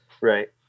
Right